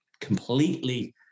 completely